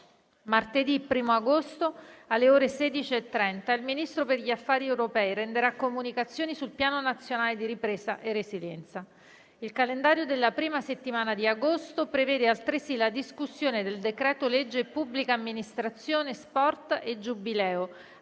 Il calendario della prima settimana di agosto prevede altresì la discussione del decreto-legge pubblica amministrazione, sport e giubileo,